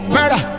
Murder